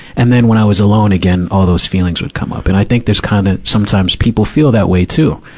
and then, when i was alone again, all those feelings would come up. and i think there's kind of, sometimes, people feel that way, too,